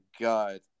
God